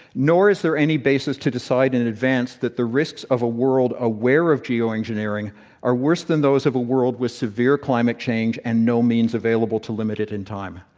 nor is there any basis to decide in advance that the risks of a world aware of geoengineering are worse than those of a world with severe climate change, and no means available to limit it in time.